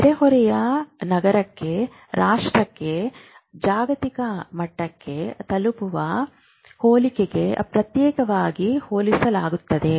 ನೆರೆಹೊರೆಯ ನಗರಕ್ಕೆ ರಾಷ್ಟ್ರಕ್ಕೆ ಜಾಗತಿಕ ಮಟ್ಟಕ್ಕೆ ತಲುಪುವ ಹೋಲಿಕೆಗೆ ಪ್ರತ್ಯೇಕವಾಗಿ ಹೋಲಿಸಲಾಗುತ್ತದೆ